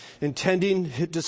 Intending